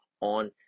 on